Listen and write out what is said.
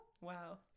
Wow